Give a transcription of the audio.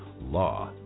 law